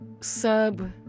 sub